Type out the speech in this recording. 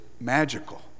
magical